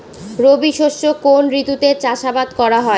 রবি শস্য কোন ঋতুতে চাষাবাদ করা হয়?